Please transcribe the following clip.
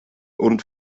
und